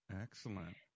Excellent